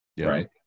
Right